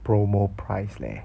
promotion price leh